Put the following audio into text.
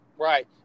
Right